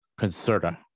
Concerta